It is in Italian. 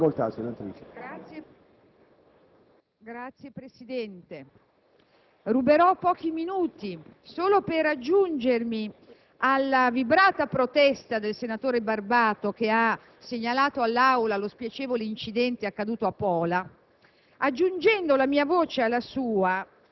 ha facoltà. BONFRISCO *(FI)*. Signor Presidente, ruberò pochi minuti solo per aggiungermi alla vibrata protesta del senatore Barbato che ha segnalato all'Aula lo spiacevole incidente accaduto a Pola.